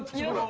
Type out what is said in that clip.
you.